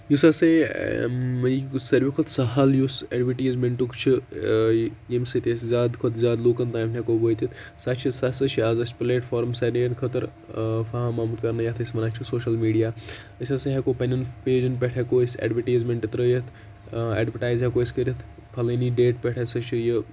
یُس ہَسا یہِ ساروی کھۄتہِ سَہَل یُس ایڈوَٹیٖزمینٛٹُک چھُ ییٚمہِ سۭتۍ أسۍ زیادٕ کھۄتہِ زیادٕ لوٗکَن تام ہیٚکو وٲتِتھ سۄ چھ سُہ ہَسا چھُ آز اَسہِ پلیٹ فارم سارنٕے یَن خٲطرٕ فام آمُت کَرنہٕ یَتھ أسۍ وَنان چھِ سوشَل میٖڈیا أسۍ ہَسا ہیٚکو پَننٮ۪ن پجَن پیٹھ ہیٚکو أسۍ ایڈوَٹیٖزمینٛٹ ترٲیِتھ ایڈوَٹَیِز ہیٚکو أسۍ کٔرِتھ فَلٲنی ڈیٹ پیٚٹھ ہَسا چھُ یہِ